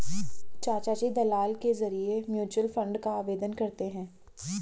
चाचाजी दलाल के जरिए म्यूचुअल फंड का आवेदन करते हैं